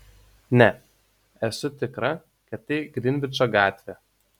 ne esu tikra kad tai grinvičo gatvė